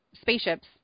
spaceships